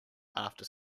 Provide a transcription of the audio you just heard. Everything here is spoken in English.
after